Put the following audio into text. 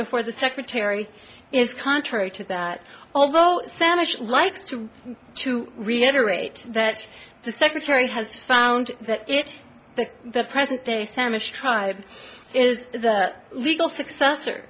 before the secretary is contrary to that although sanish likes to to reiterate that the secretary has found that it the present day sam is tried is the legal successor